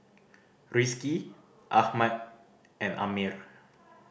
Rizqi Ahmad and Ammir